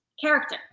character